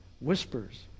Whispers